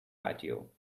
patio